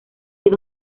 sido